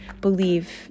believe